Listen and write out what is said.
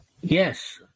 Yes